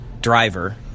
driver